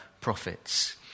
prophets